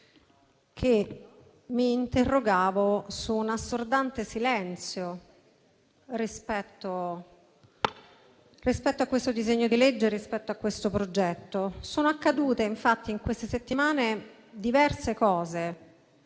mi interrogavo su un assordante silenzio rispetto a questo disegno di legge e a questo progetto. Sono accadute infatti, in queste settimane, diverse cose,